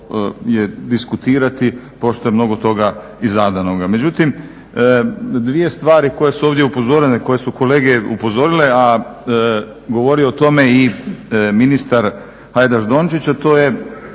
je diskutirati pošto je mnogo toga i zadanoga. Međutim, dvije stvari koje su ovdje upozorene, koje su kolege upozorile, a govori o tome i ministar Hajdaš Dončić, a to je